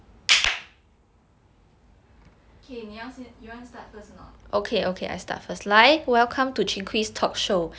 k 你要先 you want start first or not